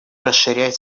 расширять